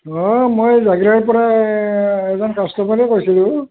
অঁ মই পৰা এজন কাষ্টমাৰে কৈছিলোঁ